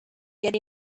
get